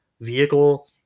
vehicle